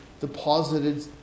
deposited